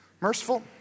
Merciful